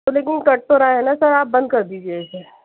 تو لیکن کٹ تو رہا ہے نا سر آپ بند کر دیجیے اسے